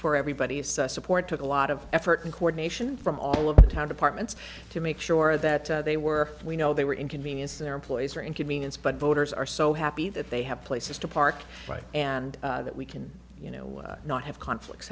for everybody's support took a lot of effort and coordination from all of the town departments to make sure that they were we know they were inconvenienced and our employees are inconvenienced but voters are so happy that they have places to park right and that we can you know not have conflicts